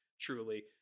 truly